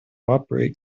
operate